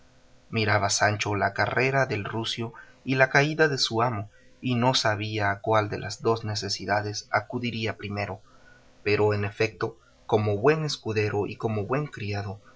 miraba sancho la carrera de su rucio y la caída de su amo y no sabía a cuál de las dos necesidades acudiría primero pero en efecto como buen escudero y como buen criado